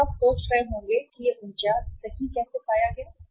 अब आप सोच रहे होंगे कि यह 49 सही कैसे पाया गया है